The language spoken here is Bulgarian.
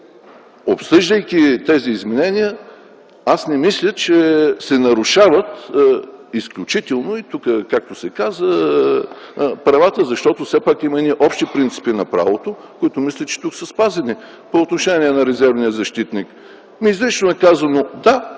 обсъждайки тези изменения, аз не мисля, че се нарушават изключително, както се каза тук – правата. Защото има едни общи принципи на правото, които мисля, че тук са спазени. По отношение на резервния защитник. Изрично е казано: да,